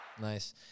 Nice